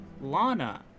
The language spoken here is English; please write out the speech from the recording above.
Lana